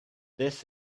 this